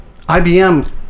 IBM